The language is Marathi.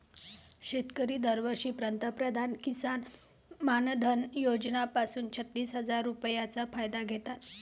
शेतकरी दरवर्षी पंतप्रधान किसन मानधन योजना पासून छत्तीस हजार रुपयांचा फायदा घेतात